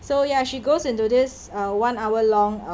so ya she goes into this uh one hour long uh